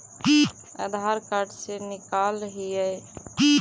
आधार card से निकाल हिऐ?